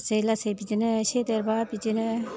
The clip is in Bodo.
लासै लासै बिदिनो एसे देरबा बिदिनो